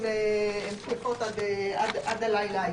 הן תקפות עד הלילה,